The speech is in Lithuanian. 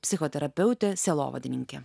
psichoterapeutė sielovadininkė